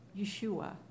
Yeshua